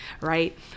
right